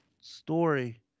story